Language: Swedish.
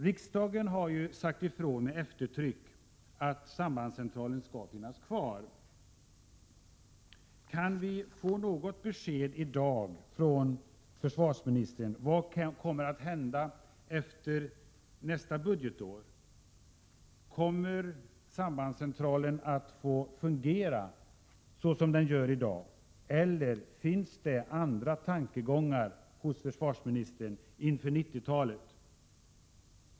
Riksdagen har med eftertryck sagt ifrån att sambandscentralen skall få finnas kvar. Kan vi få något besked i dag från försvarsministern om vad som kommer att hända efter nästa budgetår? Kommer sambandscentralen att få fungera så som den gör i dag, eller finns det andra tankegångar hos försvarsministern när det gäller situationen inför 1990-talet?